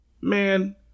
man